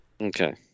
Okay